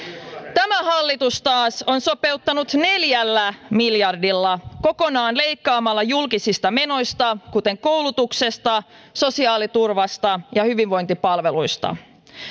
tämä hallitus taas on sopeuttanut neljällä miljardilla kokonaan leikkaamalla julkisista menoista kuten koulutuksesta sosiaaliturvasta ja hyvinvointipalveluista